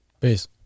Peace